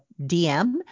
DM